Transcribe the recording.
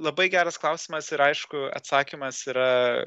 labai geras klausimas ir aišku atsakymas yra